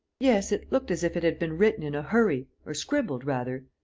yes, it looked as if it had been written in a hurry, or scribbled, rather.